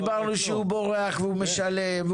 דיברנו שהוא בורח והוא משלם,